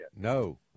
No